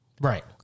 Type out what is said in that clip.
Right